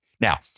Now